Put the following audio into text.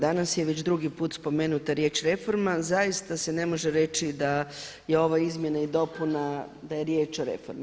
Danas je već drugi put spomenuta riječ reforma zaista se ne može reći da je ova izmjena i dopuna da je riječ o reformi.